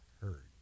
heard